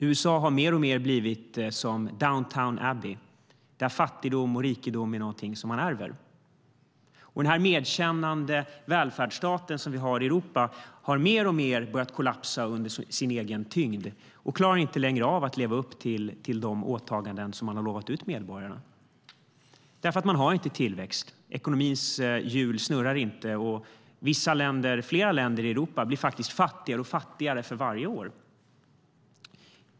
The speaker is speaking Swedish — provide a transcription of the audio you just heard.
USA har mer och mer blivit som Downton Abbey, där fattigdom och rikedom är något man ärver. Den medkännande välfärdsstat som vi har i Europa har mer och mer börjat kollapsa under sin egen tyngd och klarar inte längre att leva upp till de åtaganden man har lovat medborgarna. Man har inte tillväxt. Ekonomins hjul snurrar inte. Flera länder i Europa blir faktiskt fattigare och fattigare för varje år.